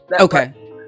okay